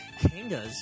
Kangas